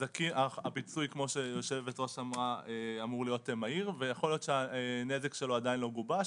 הפיצוי אמור להיות מהיר ויכול להיות שהנזק שלו טרם גובש.